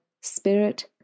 spirit